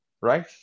right